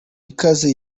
ikaze